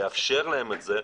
לאפשר להם את זה,